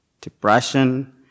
depression